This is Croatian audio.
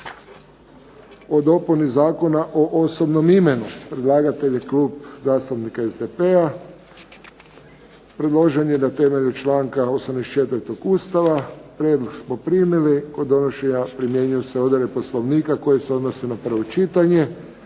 prvo čitanje, P.Z. br. 516 Predlagatelj Klub zastupnika SDP-a. Predložen je na temelju članka 84. Ustava. Prijedlog smo primili. Kod donošenja primjenjuju se odredbe Poslovnika koje se odnose na prvo čitanje.